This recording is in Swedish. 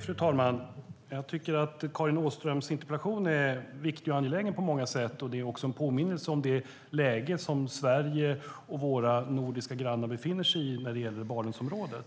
Fru talman! Jag tycker att Karin Åströms interpellation är viktig och angelägen på många sätt, och det är också en påminnelse om det läge som Sverige och våra nordiska grannar befinner sig i när det gäller Barentsområdet.